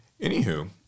Anywho